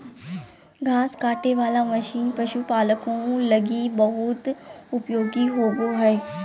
घास काटे वाला मशीन पशुपालको लगी बहुत उपयोगी होबो हइ